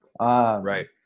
Right